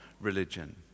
religion